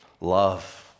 Love